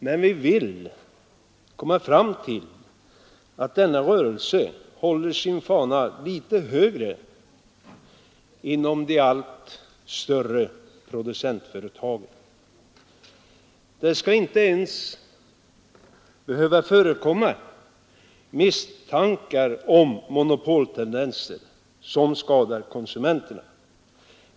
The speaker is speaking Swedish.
Men vi vill komma fram till att denna rörelse håller sin fana litet högre inom de allt större producentföretagen. Det skall inte ens behöva förekomma misstankar om monopoltendenser som skadar konsumenterna.